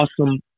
awesome